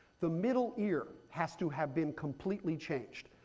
the middle ear has to have been completely changed.